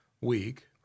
week